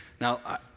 Now